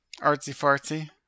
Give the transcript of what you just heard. artsy-fartsy